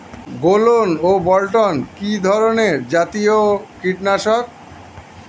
গোলন ও বলটন কি ধরনে জাতীয় কীটনাশক?